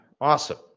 Awesome